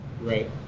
right